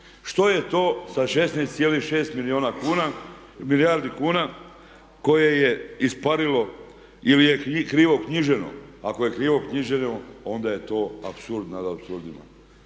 što je to sa 16,6 milijardi kuna koje je isparilo ili je krivo knjiženo? Ako je krivo knjiženo ona je to apsurd